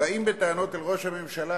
באים בטענות אל ראש הממשלה